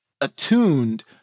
attuned